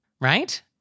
right